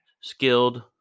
skilled